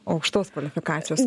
aukštos kvalifikacijos